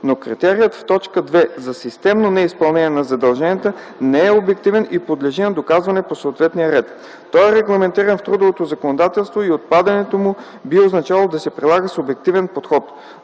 но критерият в т. 2 за „системно” неизпълнение на задълженията не е обективен и подлежи на доказване по съответния ред. Той е регламентиран в трудовото законодателство и отпадането му би означавало да се прилага субективен подход.